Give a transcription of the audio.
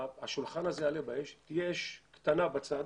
השולחן הזה יעלה באש, תהיה אש קטנה בצד